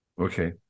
okay